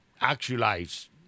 actualize